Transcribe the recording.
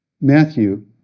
Matthew